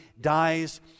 dies